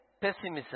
pessimism